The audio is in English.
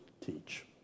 teach